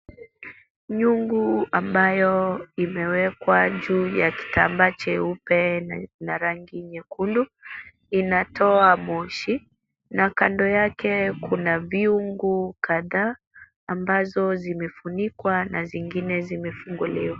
Nyungu ambayo imewekwa juu ya kitambaa cheupe na rangi nyekundu inatoa moshi na kando yake kuna vyungu kadhaa ambazo zimefunikwa na zingine zimefunguliwa.